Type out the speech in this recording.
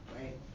right